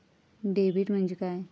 Debit म्हणजे काय?